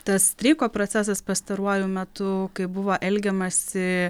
tas streiko procesas pastaruoju metu kaip buvo elgiamasi